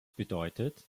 bedeutet